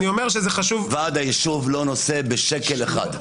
ועד היישוב לא נושא בשקל אחד.